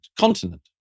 continent